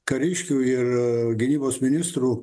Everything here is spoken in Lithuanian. kariškių ir gynybos ministrų